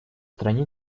стране